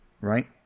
Right